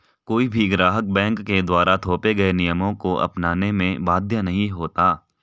कोई भी ग्राहक बैंक के द्वारा थोपे गये नियमों को अपनाने में बाध्य नहीं होता